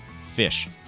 fish